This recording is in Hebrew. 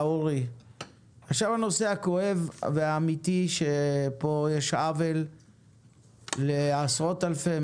עכשיו הנושא הכואב והאמיתי שפה יש עוול לעשרות אלפי,